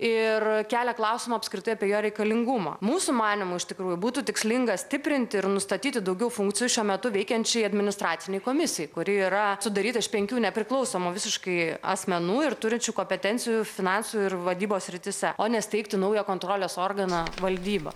ir kelia klausimų apskritai apie jo reikalingumą mūsų manymu iš tikrųjų būtų tikslinga stiprinti ir nustatyti daugiau funkcijų šiuo metu veikiančiai administracinei komisijai kuri yra sudaryta iš penkių nepriklausomų visiškai asmenų ir turinčių kopetencijų finansų ir vadybos srityse o ne steigti naują kontrolės organą valdybą